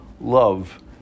love